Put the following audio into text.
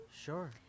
Sure